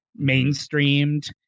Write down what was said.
mainstreamed